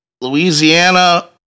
Louisiana